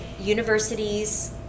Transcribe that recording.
universities